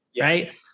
right